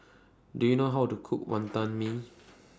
Do YOU know How to Cook Wantan Mee